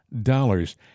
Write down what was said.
dollars